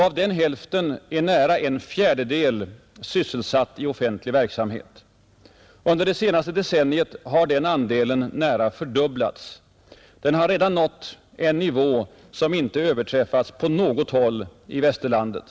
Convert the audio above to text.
Av denna hälft är nära en fjärdedel sysselsatt i offentlig verksamhet. Under det senaste decenniet har den andelen nära fördubblats. Den har redan nått en nivå som inte överträffas på något håll i Västerlandet.